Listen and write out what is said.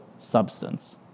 substance